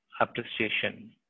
appreciation